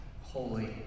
holy